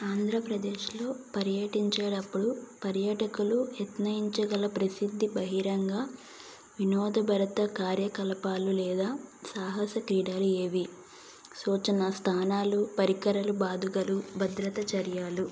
ఆంధ్రప్రదేశ్లో పర్యటించేటప్పుడు పర్యాటకులు యత్నించగల ప్రసిద్ధి బహిరంగ వినోదభరిత కార్యకలాపాలు లేదా సాహస క్రీడలు ఏవి సూచన స్థానాలు పరికరాలు బాదుకలు భద్రత చర్యలు